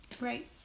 Right